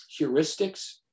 heuristics